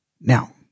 Now